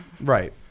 Right